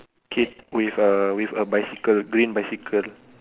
kid with a with a bicycle green bicycle